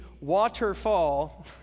waterfall